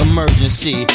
Emergency